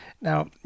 Now